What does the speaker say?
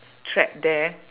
track there